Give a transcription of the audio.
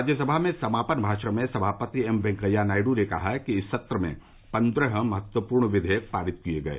राज्यसभा में समापन भाषण में सभापति एम वेंकैया नायड् ने कहा कि इस सत्र में पन्द्रह महत्वपूर्ण विधेयक पारित किये गये